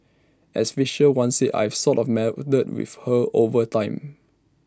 as Fisher once said I've sort of met with her with her over time